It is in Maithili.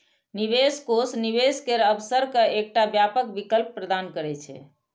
निवेश कोष निवेश केर अवसर के एकटा व्यापक विकल्प प्रदान करै छै